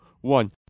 one